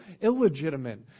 illegitimate